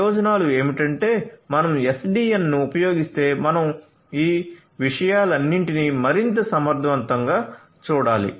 ప్రయోజనాలు ఏమిటంటే మనం SDN ను ఉపయోగిస్తే మనం ఈ విషయాలన్నింటినీ మరింత సమర్థవంతంగా చూడాలి